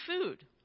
food